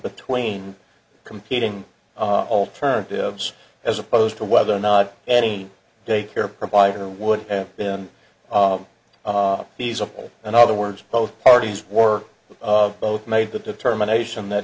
between competing alternatives as opposed to whether or not any daycare provider would have been feasible in other words both parties work with both made the determination that